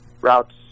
routes